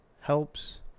helps